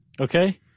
Okay